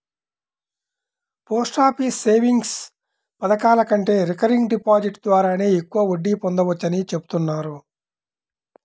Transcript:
post office savings పథకాల కంటే recurring deposit ద్వారానే ఎక్కువ వడ్డీ పొందవచ్చని చెబుతున్నారు